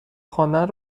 خواندن